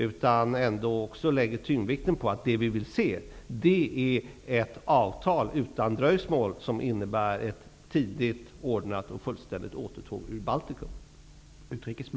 Man måste också lägga tyngdpunkten på att vi vill se ett avtal utan dröjsmål, som innebär ett tidigt, fullständigt och ordnat återtåg ur Baltikum.